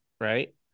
right